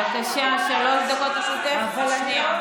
בבקשה, פה, מאי גולן.